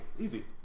easy